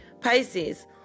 Pisces